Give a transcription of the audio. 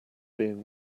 being